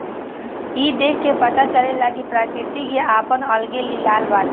ई देख के पता चलेला कि प्रकृति के आपन अलगे लीला बाटे